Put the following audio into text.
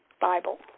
Bible